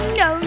no